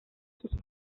sus